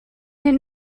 den